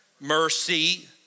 mercy